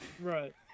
Right